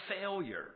failure